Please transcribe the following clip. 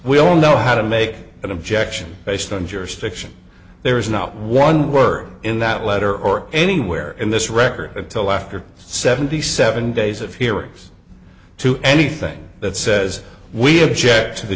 we all know how to make an objection based on jurisdiction there is not one word in that letter or anywhere in this record until after seventy seven days of hearings to anything that says we object to the